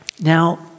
Now